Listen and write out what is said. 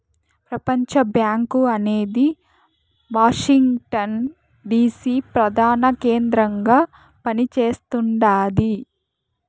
ప్రపంచబ్యాంకు అనేది Washington DC ప్రదాన కేంద్రంగా పని చేస్తుండాది